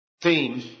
theme